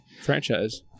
Franchise